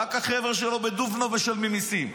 רק החבר'ה שלו בדובנוב משלמים מיסים,